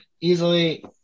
easily